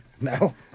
No